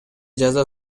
жаза